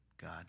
God